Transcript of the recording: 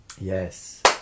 Yes